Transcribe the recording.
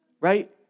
Right